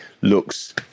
looks